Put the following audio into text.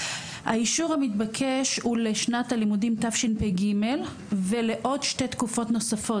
האישור המתבקש הוא לשנת הלימודים תשפ''ג ולעוד שתי תקופות נוספות.